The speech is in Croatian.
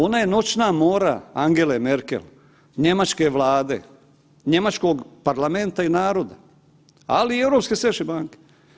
Ona je noćna mora Angele Merkel, njemačke vlade, njemačkog parlamenta i naroda, ali i Europske središnje banke.